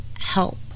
help